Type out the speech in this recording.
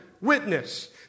witness